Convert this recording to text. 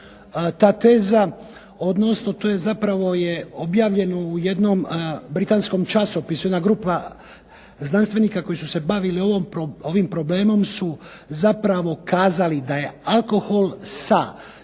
ta teza, odnosno to je zapravo objavljeno u jednom britanskom časopisu, jedna grupa znanstvenika koji su se bavili ovim problemom su zapravo kazali da je alkohol sa